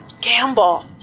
gamble